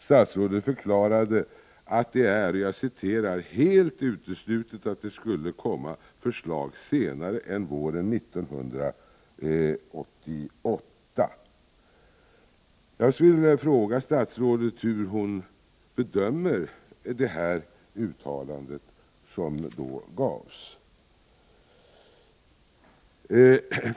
Statsrådet förklarade att det är ”helt uteslutet att det skulle komma förslag senare än våren 1988.” Jag skulle vilja fråga statsrådet hur hon bedömer detta uttalande.